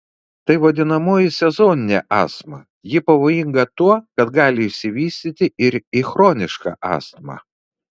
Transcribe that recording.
tai vadinamoji sezoninė astma ji pavojinga tuo kad gali išsivystyti ir į chronišką astmą